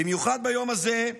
במיוחד ביום הזה,